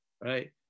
right